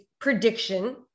prediction